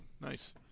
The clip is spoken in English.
Nice